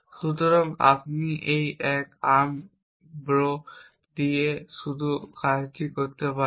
সুতরাং আপনি এই এক আর্ম রোবো দিয়ে শুধুমাত্র কাজটি করতে পারেন